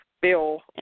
Bill